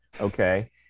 okay